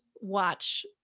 watch